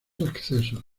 accesos